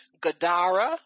Gadara